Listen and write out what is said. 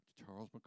Charles